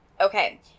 Okay